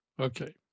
Okay